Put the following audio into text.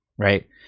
Right